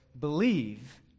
Believe